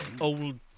old